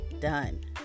done